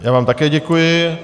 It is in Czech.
Já vám také děkuji.